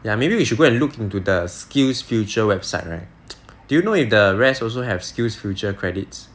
ya maybe we should go and look into the SkillsFuture website right do you know if the rest also have SkillsFuture credits